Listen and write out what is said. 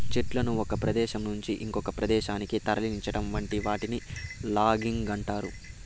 చెట్లను ఒక ప్రదేశం నుంచి ఇంకొక ప్రదేశానికి తరలించటం వంటి వాటిని లాగింగ్ అంటారు